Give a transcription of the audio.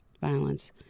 violence